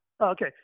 Okay